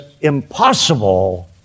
impossible